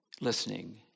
listening